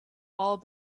all